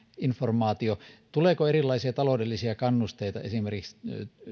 informaatio tuleeko erilaisia taloudellisia kannusteita esimerkiksi